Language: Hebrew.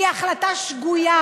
והיא החלטה שגויה,